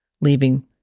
leaving